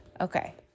Okay